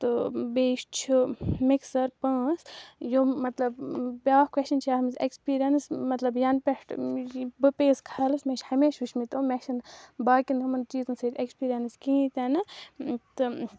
تہٕ بیٚیہِ چھُ مِکسَر پانٛژھ یِم مطلب بیٛاکھ کۄشَن چھِ اَتھ منٛز اٮ۪کٕسپیٖریَنٕس مطلب یَنہٕ پٮ۪ٹھ یہِ بہٕ پیٚیَس کھَلٕس مےٚ چھِ ہمیشہٕ وٕچھمٕتۍ یِم مےٚ چھِنہٕ باقیَن یِمَن چیٖزَن سۭتۍ اٮ۪کٕسپیٖریَنٕس کِہیٖنۍ تہِ نہٕ تہٕ